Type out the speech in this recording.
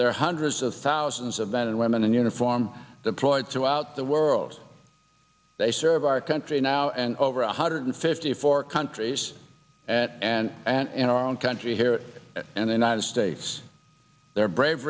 there are hundreds of thousands of men and women in uniform deployed throughout the world they serve our country now and over one hundred fifty four countries and and in our own country here and in ited states their brave